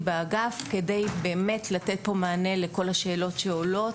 באגף כדי לתת פה מענה לכל השאלות שעולות,